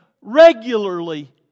regularly